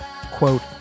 Quote